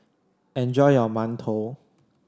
enjoy your mantou